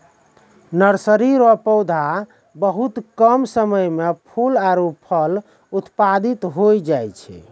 nursery रो पौधा बहुत कम समय मे फूल आरु फल उत्पादित होय जाय छै